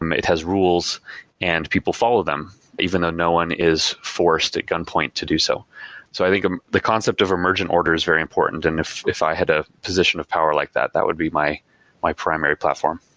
um it has rules and people follow them even though no one is forced at gunpoint to do so. so i think the concept of emergent orders is very important, and if if i had a position of power like that that would be my my primary platform.